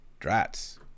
Drats